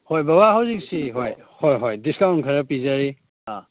ꯍꯣꯏ ꯕꯕꯥ ꯍꯧꯖꯤꯛꯁꯤ ꯍꯣꯏ ꯍꯣꯏ ꯍꯣꯏ ꯗꯤꯁꯀꯥꯎꯟ ꯈꯔ ꯄꯤꯖꯔꯤ ꯑꯥ